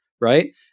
right